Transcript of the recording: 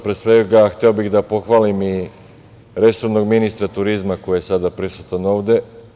Pre svega, hteo bih da pohvalim i resornog ministra turizma, koji je sada prisutan ovde.